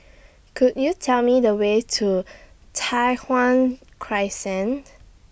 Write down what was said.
Could YOU Tell Me The Way to Tai Hwan Crescent